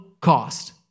cost